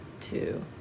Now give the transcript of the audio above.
two